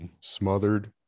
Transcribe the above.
smothered